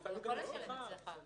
לא בהכרח.